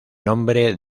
nombre